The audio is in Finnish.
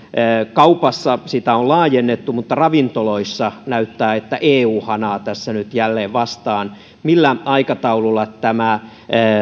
kaupassa sitä on laajennettu mutta ravintoloissa näyttää siltä että eu haraa tässä nyt jälleen vastaan millä aikataululla nämä